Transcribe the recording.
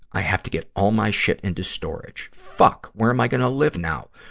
i have to get all my shit into storage! fuck, where am i gonna live now?